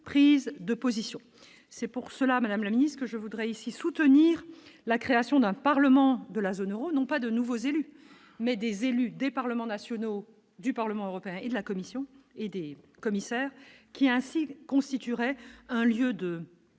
prise de position, c'est pour cela, madame la ministre, je voudrais ici soutenir la création d'un parlement de la zone Euro n'ont pas de nouveaux élus mais des élus des parlements nationaux, du Parlement européen et la Commission aidés commissaire qui ainsi constituerait un lieu de